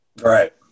Right